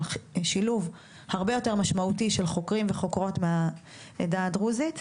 אבל שילוב הרבה יותר משמעותי של חוקרים וחוקרות מהעדה הדרוזית,